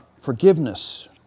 forgiveness